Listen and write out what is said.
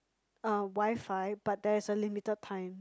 uh WiFi but there is a limited time